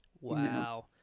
Wow